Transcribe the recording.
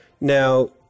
Now